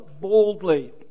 boldly